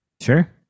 Sure